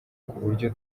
kuburyo